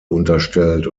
unterstellt